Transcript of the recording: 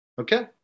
Okay